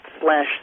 slash